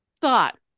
thought